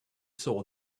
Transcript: saw